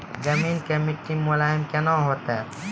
जमीन के मिट्टी मुलायम केना होतै?